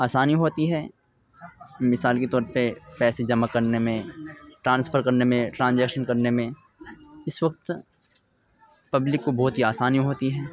آسانی ہوتی ہے مثال کے طور پہ پیسے جمع کرنے میں ٹرانسفر کرنے میں ٹرازیکشن کرنے میں اس وقت پبلک کو بہت ہی آسانی ہوتی ہے